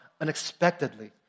unexpectedly